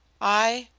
i?